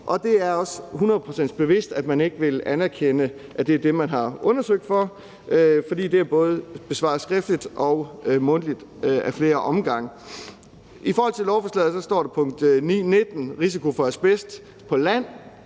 Og det er hundrede procent bevidst, at man ikke vil anerkende, at det er det, vi har undersøgt for, for det er både besvaret skriftligt og mundtligt ad flere omgange. I lovforslaget er der under punkt 9.19 beskrevet risikoen for asbest på land.